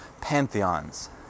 pantheons